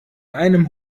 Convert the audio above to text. einem